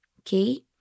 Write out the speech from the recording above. okay